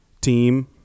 team